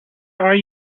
are